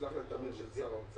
תטפלו בפער.